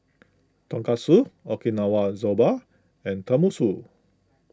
Tonkatsu Okinawa Soba and Tenmusu